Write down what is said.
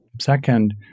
Second